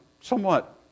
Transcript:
somewhat